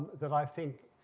that i think,